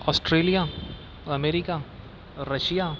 Australia America Russia